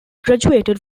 graduated